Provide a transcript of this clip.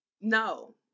no